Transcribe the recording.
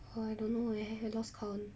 oh I don't know eh I lost count